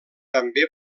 també